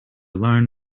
learn